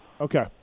Okay